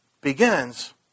begins